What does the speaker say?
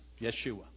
Yeshua